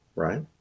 right